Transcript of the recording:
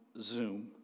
Zoom